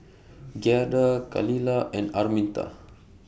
Giada Khalilah and Arminta